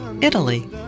Italy